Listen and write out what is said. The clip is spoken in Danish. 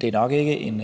det er nok ikke en